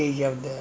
no